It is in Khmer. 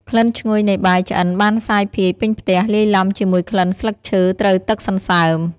ក្លិនឈ្ងុយនៃបាយឆ្អិនបានសាយភាយពេញផ្ទះ លាយឡំជាមួយក្លិនស្លឹកឈើត្រូវទឹកសន្សើម។